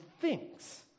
thinks